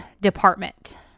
department